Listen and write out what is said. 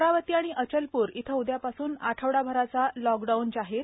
अमरावती आणि अचलप्र इथं उदयापासून आठवडाभराचा लॉकडाऊन जाहीर